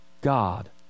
God